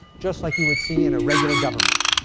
just like you would see in a regular government.